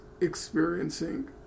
experiencing